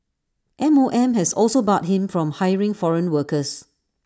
M O M has also barred him from hiring foreign workers